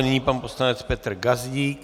Nyní pan poslanec Petr Gazdík.